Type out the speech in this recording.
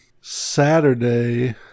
Saturday